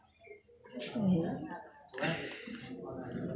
ओ